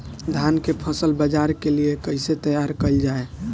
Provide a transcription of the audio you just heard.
धान के फसल बाजार के लिए कईसे तैयार कइल जाए?